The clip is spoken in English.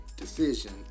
decision